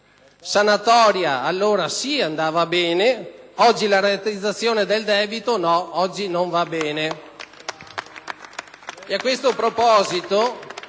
sanatoria, allora sì, andava bene; oggi la rateizzazione del debito no, non va bene.